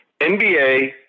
NBA